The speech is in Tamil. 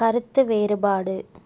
கருத்து வேறுபாடு